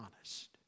honest